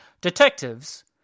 Detectives